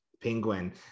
Penguin